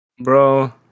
Bro